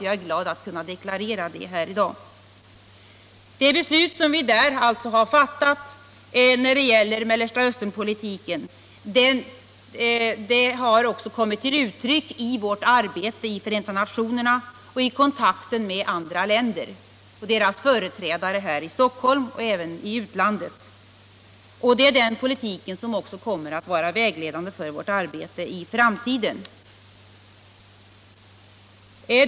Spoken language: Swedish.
Jag är glad att kunna deklarera det här i dag. Det beslut som vi alltså har fattat när det gäller Mellersta Östern politiken har också kommit till uttryck i vårt arbete i Förenta nationerna och i kontakten med andra länder — med deras företrädare här i Stockholm och även i utlandet. Det är den politiken som också kommer att vara vägledande för vårt arbete i framtiden.